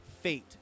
fate